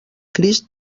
crist